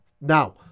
Now—